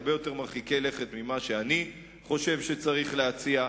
הרבה יותר מרחיקי לכת ממה שאני חושב שצריך להציע.